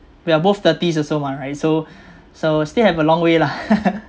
we are both thirties years old mah right so so still have a long way lah